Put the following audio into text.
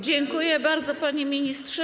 Dziękuję bardzo, panie ministrze.